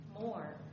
more